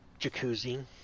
jacuzzi